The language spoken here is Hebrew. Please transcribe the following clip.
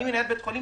אני מנהל בית חולים